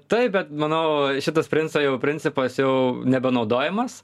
taip bet manau šitas princą jau principas jau nebenaudojamas